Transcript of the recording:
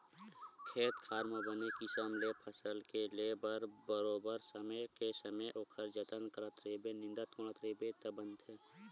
खेत खार म बने किसम ले फसल के ले बर बरोबर समे के समे ओखर जतन करत रहिबे निंदत कोड़त रहिबे तब बनथे